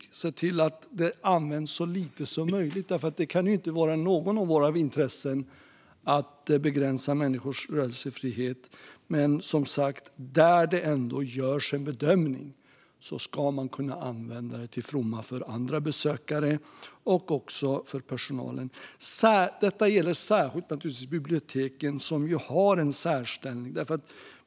Vi ska se till att detta används så lite som möjligt, för det kan inte ligga i någons intresse att begränsa människors rörelsefrihet. Men där bedömningen ändå görs att de behövs ska man alltså kunna använda det till andra besökares fromma och för personalens skull. Detta gäller naturligtvis särskilt biblioteken, som ju har en särställning.